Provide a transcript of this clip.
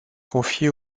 confiée